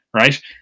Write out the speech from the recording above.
right